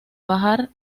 bajar